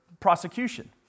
prosecution